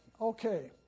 Okay